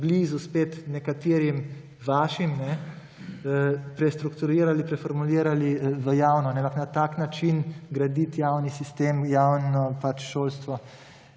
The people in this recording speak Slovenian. blizu spet nekaterim vašim, prestrukturirali, preformurirali v javno. Ampak na tak način graditi javni sistem, javno šolstvo